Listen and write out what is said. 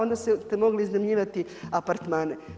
Onda ste mogli iznajmljivati apartmane.